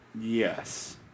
Yes